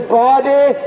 body